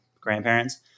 grandparents